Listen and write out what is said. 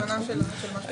זה חוסר הבנה של מה שקורה.